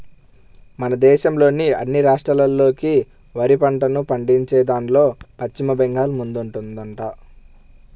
మన దేశంలోని అన్ని రాష్ట్రాల్లోకి వరి పంటను పండించేదాన్లో పశ్చిమ బెంగాల్ ముందుందంట